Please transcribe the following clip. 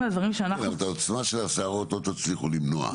העוצמה של הסערות לא תצליחו למנוע.